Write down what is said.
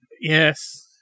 Yes